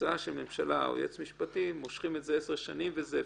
הצעה של ממשלה או יועץ משפטי מושכים 10 שנים וזה אפשרי,